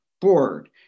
Board